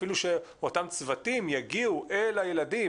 אפילו שאותם צוותים יגיעו אל הילדים,